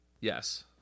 Yes